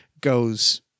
goes